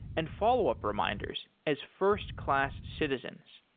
and follow-up reminders as first-class citizens.